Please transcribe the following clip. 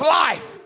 life